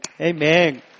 Amen